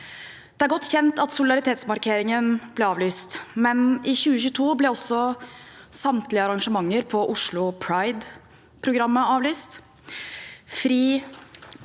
solidaritetsmarkeringen ble avlyst, men i 2022 ble også samtlige arrangementer på Oslo Pride-programmet avlyst,